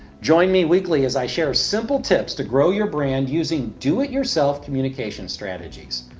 join me weekly as i share simple tips to grow your brand using do it yourself communication strategies.